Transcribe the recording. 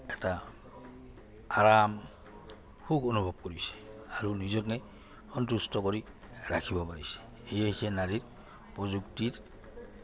এটা আৰাম সুখ অনুভৱ কৰিছে আৰু নিজকে সন্তুষ্ট কৰি ৰাখিব পাৰিছে সেয়েহে নাৰীৰ প্ৰযুক্তিৰ